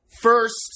First